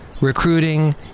recruiting